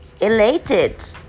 elated